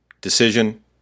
decision